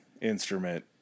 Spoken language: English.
instrument